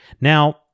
now